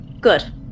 Good